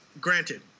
granted